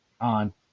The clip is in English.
on